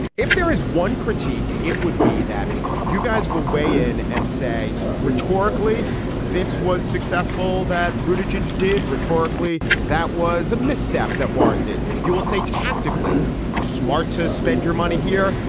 if there is one critique, it would be that you guys will weigh in and say rhetorically, this was successful. that british judge did rhetorically. that was a misstep that warranted, you will say, tactically smart to spend your money here,